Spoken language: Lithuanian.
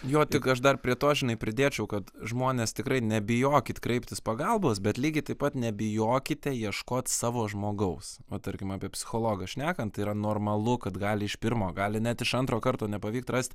jo tik aš dar prie to žinai pridėčiau kad žmonės tikrai nebijokit kreiptis pagalbos bet lygiai taip pat nebijokite ieškot savo žmogaus vat tarkim apie psichologą šnekant tai yra normalu kad gali iš pirmo gali net iš antro karto nepavykt rast